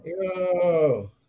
Yo